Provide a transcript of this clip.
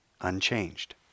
unchanged